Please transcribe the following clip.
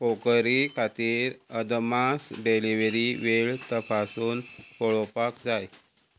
crockery खातीर अदमास delivery वेळ तपासून पळोवपाक जाय